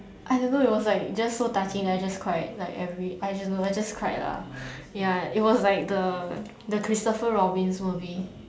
I don't know it was like just so touching that I just cried like every I don't know I just cried lah it was like the the Christopher Robins movie